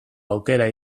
aukera